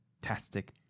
fantastic